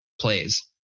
plays